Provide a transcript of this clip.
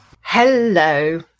hello